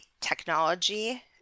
technology